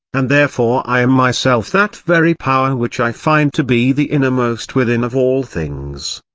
and therefore i am myself that very power which i find to be the innermost within of all things.